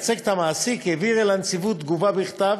העביר אל הנציבות תגובה בכתב